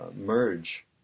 merge